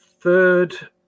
Third